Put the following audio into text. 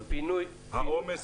אבל העומס